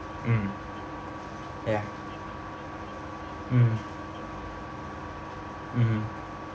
mm ya mm mm